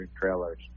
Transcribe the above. trailers